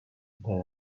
they